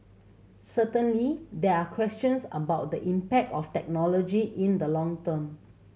certainly there are questions about the impact of technology in the long term